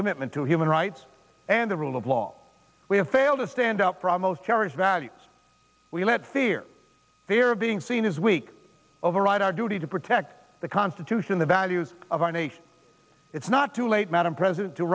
commitment to human rights and the rule of law we have failed to stand up for a most cherished values we let fear fear of being seen as weak override our duty to protect the constitution the values of our nation it's not too late madam president to